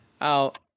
out